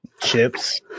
Chips